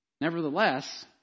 Nevertheless